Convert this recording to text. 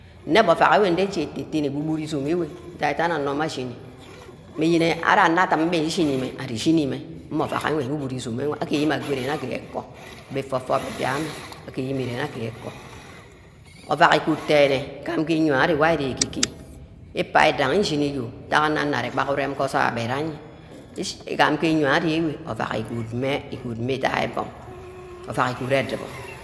Nne nmeh ovack enwe, ishi ete-tene agbu-buri izame eweh, ada dan onor mme ashini meyene ari anor-dum mmeh ishini-meh, ari-ishini mmeh mmeh ovack ewnwe uwhoru mme izome ewnwe agaer mmeh ago irenna ke ikoh orfom ibia ameh agear mmeh irene ke eko ovack igod dench gam iyoi ameh ke eye-geh ikpai idaghi nshini yor ntagha anor-nor arear gba urem ge osoil abeh anye, igam nge iyoi arear enwe ovack igod mmeh igod mmeh idai ovum ovack igod edubor